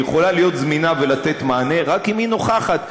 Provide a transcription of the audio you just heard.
היא יכולה להיות זמינה ולתת מענה רק אם היא נוכחת.